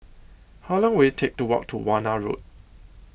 How Long Will IT Take to Walk to Warna Road